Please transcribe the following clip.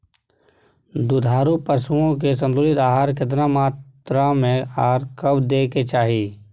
दुधारू पशुओं के संतुलित आहार केतना मात्रा में आर कब दैय के चाही?